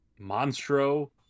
Monstro